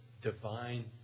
divine